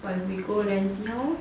but if we go then see how lor